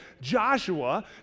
Joshua